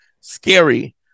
scary